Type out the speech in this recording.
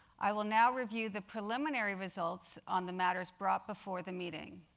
i will now review the preliminary results on the matters brought before the meeting.